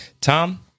Tom